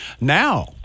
Now